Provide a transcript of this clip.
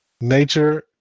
nature